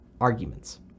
arguments